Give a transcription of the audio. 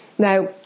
Now